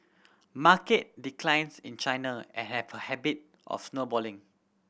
market declines in China a have a habit of snowballing